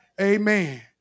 Amen